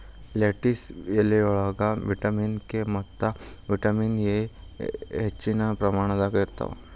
lettuce ಎಲಿಯೊಳಗ vitamin K ಮತ್ತ vitamin A ಹೆಚ್ಚಿನ ಪ್ರಮಾಣದಾಗ ಇರ್ತಾವ